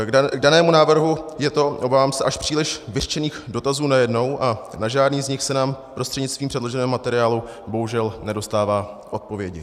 K danému návrhu je to, obávám se, až příliš vyřčených dotazů najednou a na žádný z nich se nám prostřednictvím předloženého materiálu bohužel nedostává odpovědi.